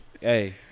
hey